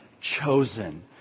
chosen